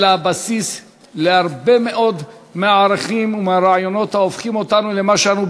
אלא הבסיס להרבה מאוד מהערכים ומהרעיונות ההופכים אותנו למה שאנו,